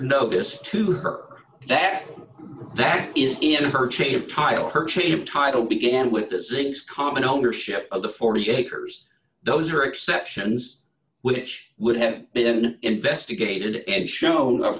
notice to her that that is in her change of tile her change title began with the syncs common ownership of the forty acres those are exceptions which would have been investigated and shown of